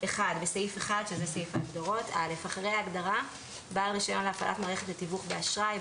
בסעיף 1 אחרי ההגדרה "בעל רישיון להפעלת מערכת לתיווך באשראי",